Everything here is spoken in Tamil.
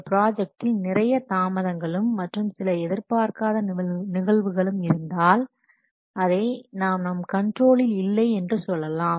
ஒரு ப்ராஜெக்டில் நிறைய தாமதங்களும் மற்றும் சில எதிர்பார்க்காத நிகழ்வுகளும் இருந்தால் அதை நாம் நம் கண்ட்ரோலில்இல்லை என்று கொள்ளலாம்